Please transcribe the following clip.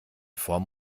form